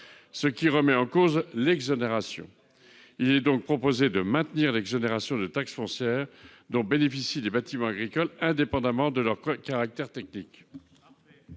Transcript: ce qui remet en cause cette exonération. Il est donc proposé de maintenir l'exonération de taxe foncière dont bénéficient les bâtiments agricoles, indépendamment de leur caractère technique.